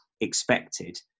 expected